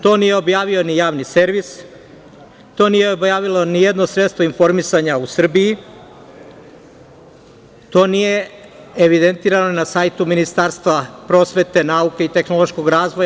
To nije objavio ni javni servis, to nije objavilo ni jedno sredstvo informisanja u Srbiji, to nije evidentirano na sajtu Ministarstva prosvete, nauke i tehnološkog razvoja.